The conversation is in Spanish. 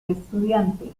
estudiante